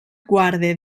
guarde